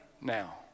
now